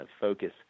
focus